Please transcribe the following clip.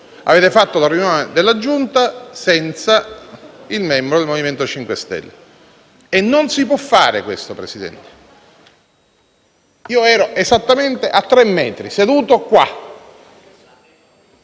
Avete fatto la riunione della Giunta senza il membro del MoVimento 5 Stelle e questo non si può fare, Presidente. Io ero esattamente a tre metri, seduto qui.